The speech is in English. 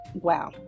Wow